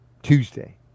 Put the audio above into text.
Tuesday